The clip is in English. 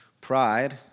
Pride